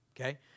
okay